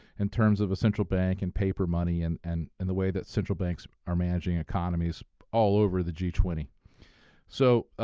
in terms of essential bank and paper money and and and the way that central banks are managing economies all over the g two so